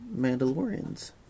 Mandalorians